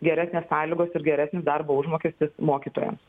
geresnės sąlygos ir geresnis darbo užmokestis mokytojams